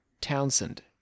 townsend